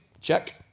Check